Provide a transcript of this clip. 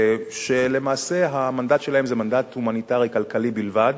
שלמעשה המנדט שלהם זה מנדט הומניטרי כלכלי בלבד,